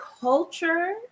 Culture